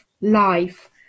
life